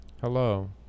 Hello